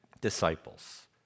disciples